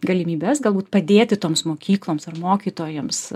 galimybes galbūt padėti toms mokykloms ar mokytojams